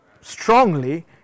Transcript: strongly